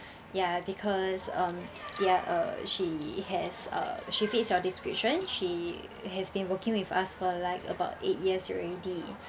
ya because mm ya uh she has uh she fits your description she has been working with us for like about eight years already